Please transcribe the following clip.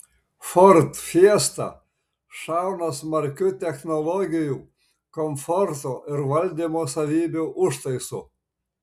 ford fiesta šauna smarkiu technologijų komforto ir valdymo savybių užtaisu